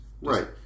Right